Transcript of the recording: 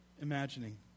imagining